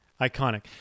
iconic